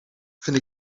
vind